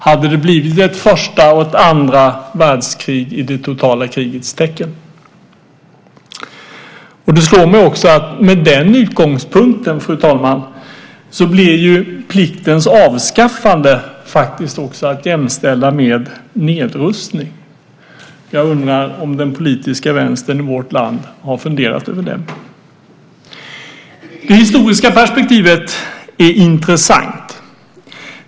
Hade det blivit ett första och ett andra världskrig i det totala krigets tecken? Det slår mig också att med den utgångspunkten, fru talman, blir pliktens avskaffande att jämställa med nedrustning. Jag undrar om den politiska vänstern i vårt land har funderat på det. Det historiska perspektivet är intressant.